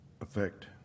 effect